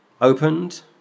Opened